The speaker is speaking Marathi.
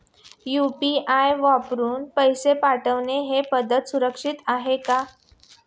यु.पी.आय वापरून पैसे पाठवणे ही पद्धत सुरक्षित आहे का?